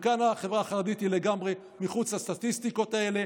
וכאן החברה החרדית היא לגמרי מחוץ לסטטיסטיקות האלה.